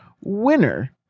winner